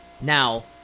Now